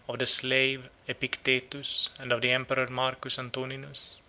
of the slave epictetus, and of the emperor marcus antoninus,